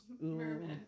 merman